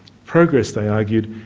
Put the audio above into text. progress, they argued,